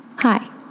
Hi